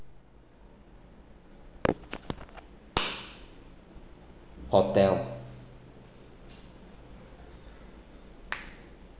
hotel